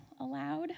aloud